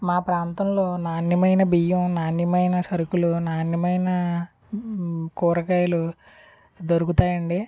మా ప్రాంతంలో నాణ్యమైన బియ్యం నాణ్యమైన సరుకులు నాణ్యమైన కూరగాయలు దొరుకుతాయండి